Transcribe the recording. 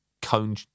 Cone